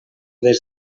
des